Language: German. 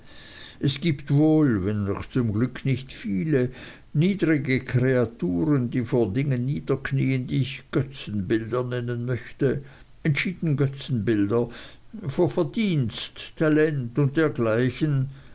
es gibt wohl wenn auch zum glück nicht viele niedrige kreaturen die vor dingen niederknieen die ich götzenbilder nennen möchte entschieden götzenbilder vor verdienst talent und dergleichen